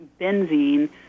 benzene